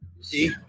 See